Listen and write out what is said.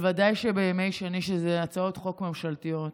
בוודאי בימי שני, שהוא של הצעות חוק ממשלתיות,